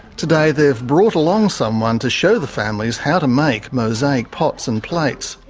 today, they've brought along someone to show the families how to make mosaic pots and plates,